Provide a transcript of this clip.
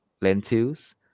lentils